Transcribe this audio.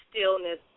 stillness